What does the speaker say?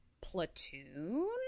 platoon